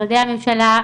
משרדי הממשלה,